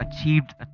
achieved